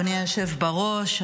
אדוני היושב בראש,